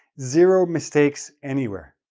zero mistakes anywhere,